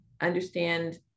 understand